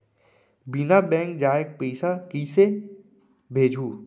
बिना बैंक जाये पइसा कइसे भेजहूँ?